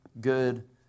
good